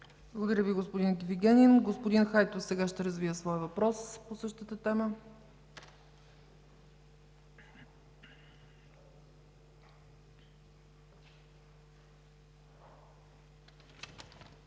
Благодаря Ви, господин Вигенин. Господин Хайтов сега ще развие своя въпрос по същата тема.